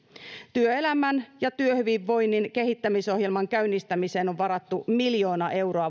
työelämän ja työhyvinvoinnin kehittämisohjelman käynnistämiseen on varattu miljoona euroa